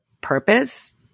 purpose